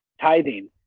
tithing